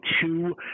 two